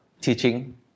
teaching